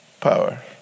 power